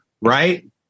right